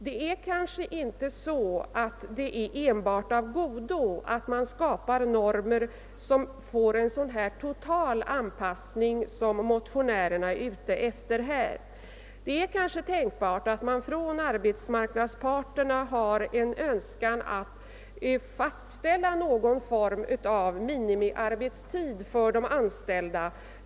Det är kanske inte enbart av godo att skapa normer som får en sådan här total anpassning som motionärerna är ute efter. Det är tänkbart att arbetsmarknadens parter har en önskan att fastställa någon form av minimiarbetstid för de anställda.